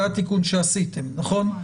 זה התיקון שעשיתם נכון?